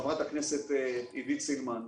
חברת הכנסת עידית סילמן,